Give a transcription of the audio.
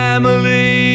Family